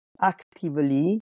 actively